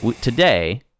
today